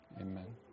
amen